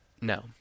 No